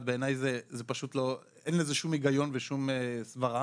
בעיניי פשוט אין לזה שום היגיון ושום סברה.